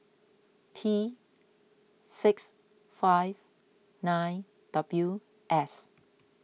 P six five nine W S